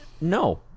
No